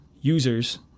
users